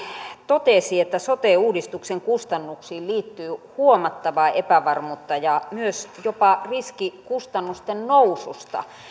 totesi että sote uudistuksen kustannuksiin liittyy huomattavaa epävarmuutta ja jopa riski kustannusten noususta